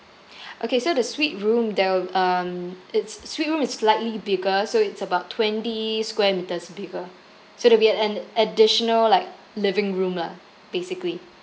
okay so the suite room there'll um its suite room is slightly bigger so it's about twenty square metres bigger so there'll be an additional like living room lah basically